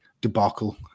debacle